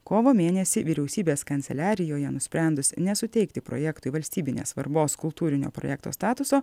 kovo mėnesį vyriausybės kanceliarijoje nusprendus nesuteikti projektui valstybinės svarbos kultūrinio projekto statuso